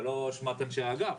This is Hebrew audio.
זה לא אשמת אנשי האגף.